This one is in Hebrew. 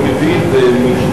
למה לא.